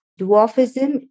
Dwarfism